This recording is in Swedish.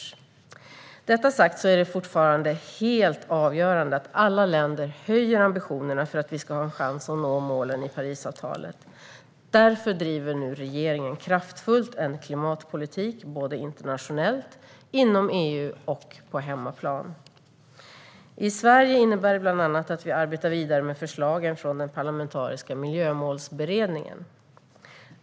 Med detta sagt är det även i fortsättningen helt avgörande att alla länder höjer ambitionerna för att vi ska ha en chans att nå målen i Parisavtalet. Därför driver regeringen en kraftfull klimatpolitik både internationellt, inom EU och på hemmaplan. Svar på interpellationer I Sverige innebär det bland annat att vi arbetar vidare med förslagen från den parlamentariska Miljömålsberedningen.